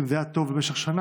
כי אם זה היה טוב במשך שנה,